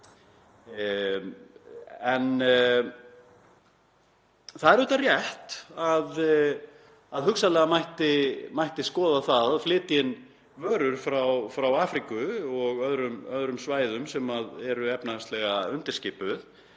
En það er rétt að hugsanlega mætti skoða það að flytja inn vörur frá Afríku og öðrum svæðum sem eru efnahagslega undirskipuð